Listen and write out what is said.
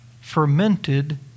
fermented